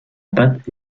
pâte